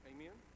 Amen